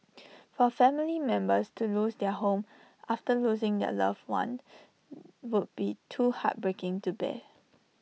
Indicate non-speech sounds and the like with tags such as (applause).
for family members to lose their home after losing their loved one (hesitation) would be too heartbreaking to bear